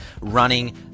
running